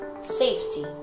safety